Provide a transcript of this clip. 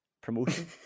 Promotion